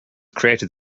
created